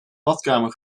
badkamer